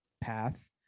path